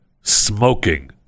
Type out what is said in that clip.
smoking